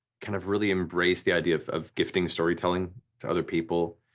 kind of really embrace the idea of of gifting storytelling to other people.